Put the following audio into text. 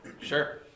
Sure